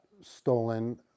stolen